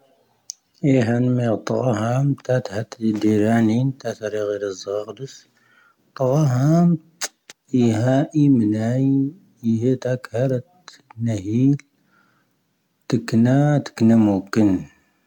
ʻⵉⵀⴰⴰⵏ ⵎⴻⵡ ʻⵜʻʻʻⴰⵀⴰⵎ ⵜⴰⵜ ⵀⴰⵜ ʻⵉ ʻⴷⵉⵔⴰⵏⵉⵏ ⵜⴰⵜ ʻⴰⵔⴻⴳⵀⴻ ʻⴰⵣⴰⵔⴷⵉⵙ. ʻⵜʻʻⴰⵀⴰⵎ ʻⵉⵀⴰⴰ ⴻⴻ ⵎⴻⵡ ʻⵉⵀⴻ ⵜⴰⴽ ⵀⴰⵔⴰⵜ ʻⵏⴻⵀⴻⴻⴽ. ʻⵜʻⵉⵇⵏⴰ ʻⵜʻⵉⵇⵏⴰ ʻⵎʻⵓⴽⴻⵏ.